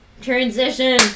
Transition